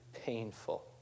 painful